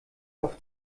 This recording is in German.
auf